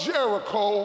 Jericho